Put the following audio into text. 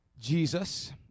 Jesus